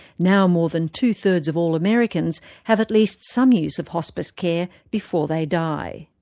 now more than two-thirds of all americans have at least some use of hospice care before they die.